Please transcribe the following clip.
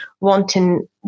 wanting